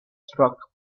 struck